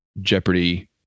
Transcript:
jeopardy